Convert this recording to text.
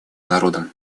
народом